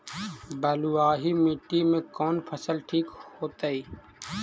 बलुआही मिट्टी में कौन फसल ठिक होतइ?